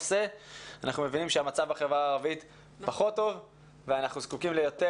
אנחנו מבינים שהמצב בחברה הערבית פחות טוב ואנחנו זקוקים ליותר